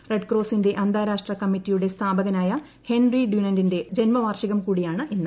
red ക്രോസിന്റെ അന്താരാഷ്ട്ര കമ്മറ്റിയുടെ സ്ഥാപകനായ ഹെൻറി ഡ്യുനന്റിന്റെ ജന്മവാർഷികംകൂടിയാണ് ഇന്ന്